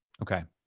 okay.